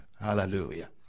Hallelujah